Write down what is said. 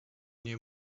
nie